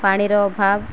ପାଣିର ଅଭାବ